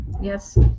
Yes